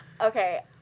Okay